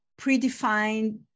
predefined